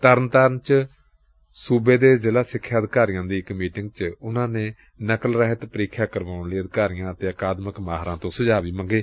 ਤਰਨਤਾਰਨ ਚ ਸੂਬੇ ਦੇ ਜ਼ਿਲ੍ਹਾ ਸਿਖਿਆ ਅਧਿਕਾਰੀਆਂ ਦੀ ਇਕ ਮੀਟਿੰਗ ਚ ਉਨੂਾਂ ਨੇ ਨਕਲ ਰਹਿਤ ਪ੍ੀਖਿਆ ਕਰਵਾਉਣ ਲਈ ਅਧਿਕਾਰੀਆਂ ਅਤੇ ਅਕਾਦਮਿਕ ਮਾਹਿਰਾਂ ਤੋਂ ਸੁਝਾਅ ਮੰਗੇ